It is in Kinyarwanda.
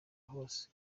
hose